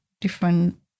different